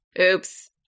Oops